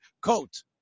coat